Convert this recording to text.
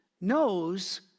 knows